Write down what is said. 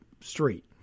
street